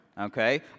okay